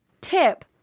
tip